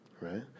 Right